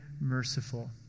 merciful